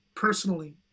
personally